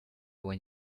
when